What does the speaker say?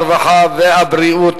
הרווחה והבריאות,